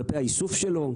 כלפי האיסוף שלו,